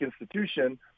institution